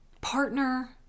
partner